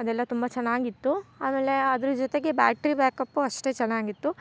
ಅದೆಲ್ಲ ತುಂಬ ಚೆನ್ನಾಗ್ ಇತ್ತು ಆಮೇಲೆ ಅದ್ರ ಜೊತೆಗೆ ಬ್ಯಾಟ್ರಿ ಬ್ಯಾಕಪ್ಪು ಅಷ್ಟೇ ಚೆನ್ನಾಗಿತ್ತು